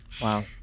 Wow